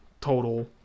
total